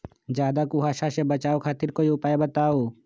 ज्यादा कुहासा से बचाव खातिर कोई उपाय बताऊ?